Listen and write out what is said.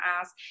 ask